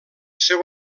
seu